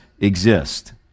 exist